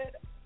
good